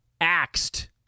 axed